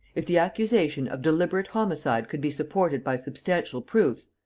if the accusation of deliberate homicide could be supported by substantial proofs,